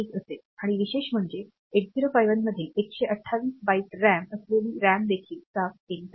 आणि विशेष म्हणजे 8051 मधील 128 बाइट रॅम असलेली रॅम देखील साफ केली जाईल